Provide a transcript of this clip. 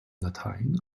latein